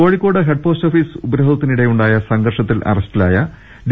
Kozhikode head post office ഉപരോധത്തിനിടെയുണ്ടായ സംഘർഷത്തിൽ അറസ്റ്റിലായ ഡി